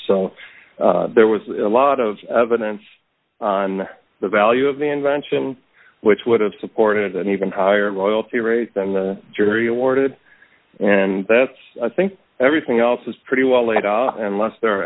so there was a lot of evidence on the value of the invention which would have supported an even higher oil to raise than the jury awarded and that's i think everything else is pretty well laid out unless there are